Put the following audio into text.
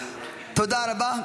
תודה רבה.